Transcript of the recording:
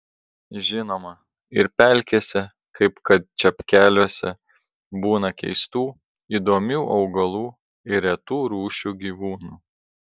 žinoma ir pelkėse kaip kad čepkeliuose būna keistų įdomių augalų ir retų rūšių gyvūnų